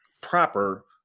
proper